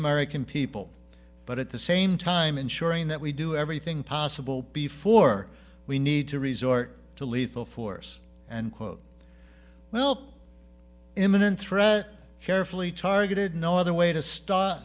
american people but at the same time ensuring that we do everything possible before we need to resort to lethal force and quote welp imminent threat carefully targeted no other way to start